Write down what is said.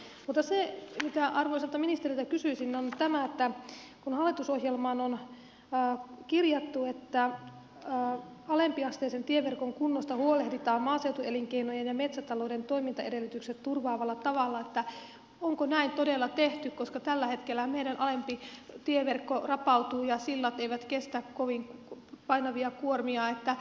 mutta se mitä arvoisalta ministeriltä kysyisin on tämä että kun hallitusohjelmaan on kirjattu että alempiasteisen tieverkon kunnosta huolehditaan maaseutuelinkeinojen ja metsätalouden toimintaedellytykset turvaavalla tavalla niin onko näin todella tehty koska tällä hetkellähän meidän alempi tieverkkomme rapautuu ja sillat eivät kestä kovin painavia kuormia